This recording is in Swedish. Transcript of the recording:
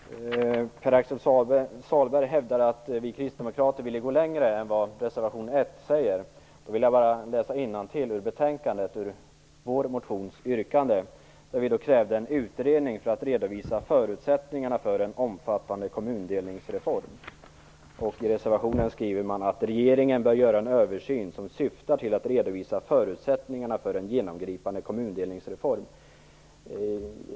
Fru talman! Pär-Axel Sahlberg hävdar att vi kristdemokrater vill gå längre än vad som anförs i reservation 1. Låt mig då läsa innantill ur betänkandet, där yrkandet i vår motion redovisas. Vi kräver där "en utredning för att redovisa förutsättningarna för en omfattande kommundelningsreform". I reservationen skriver man att regeringen bör göra en översyn som "bör syfta till att redovisa förutsättningarna för en genomgripande kommundelningsreform". Fru talman!